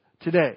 today